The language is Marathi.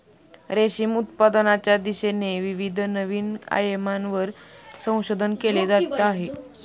रेशीम उत्पादनाच्या दिशेने विविध नवीन आयामांवर संशोधन केले जात आहे